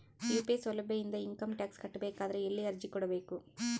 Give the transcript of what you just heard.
UPI ಸೌಲಭ್ಯ ಇಂದ income tax ಕಟ್ಟಬೇಕಾದರ ಎಲ್ಲಿ ಅರ್ಜಿ ಕೊಡಬೇಕು?